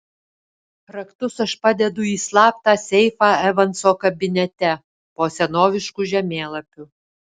raktus aš padedu į slaptą seifą evanso kabinete po senovišku žemėlapiu